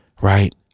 right